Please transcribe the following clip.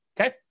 Okay